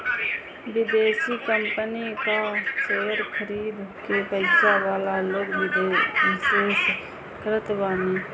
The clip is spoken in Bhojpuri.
विदेशी कंपनी कअ शेयर खरीद के पईसा वाला लोग निवेश करत बाने